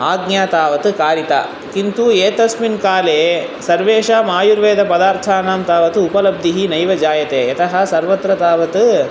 आज्ञा तावत् कारिता किन्तु एतस्मिन् काले सर्वेषामायुर्वेदपदार्थानां तावत् उपलब्धिः नैव जायते यतः सर्वत्र तावत्